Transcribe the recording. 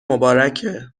مبارکه